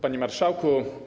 Panie Marszałku!